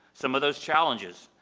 some of those challenges,